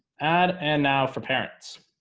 add and now for parents